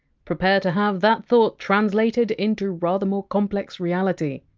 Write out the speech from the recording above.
prepare to have that thought translated into rather more complex reality!